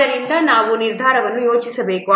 ಆದ್ದರಿಂದ ನಾವು ನಿರ್ಧಾರವನ್ನು ಯೋಚಿಸಬೇಕು